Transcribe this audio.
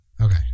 Okay